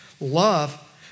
Love